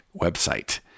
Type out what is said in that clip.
website